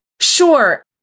Sure